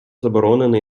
заборонено